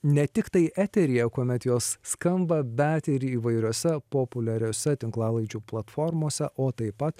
ne tiktai eteryje kuomet jos skamba bet ir įvairiose populiariose tinklalaidžių platformose o taip pat